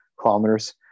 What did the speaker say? kilometers